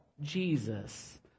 jesus